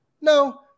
no